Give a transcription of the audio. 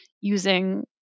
using